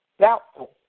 doubtful